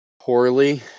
Poorly